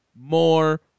more